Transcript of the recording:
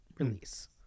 release